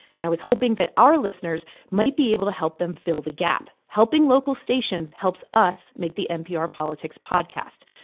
and i was hoping that our listeners might be able to help them fill the gap. helping local stations helps us make the npr politics podcast.